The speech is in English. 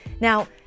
Now